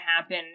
happen